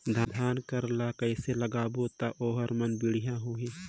धान कर ला कइसे लगाबो ता ओहार मान बेडिया होही?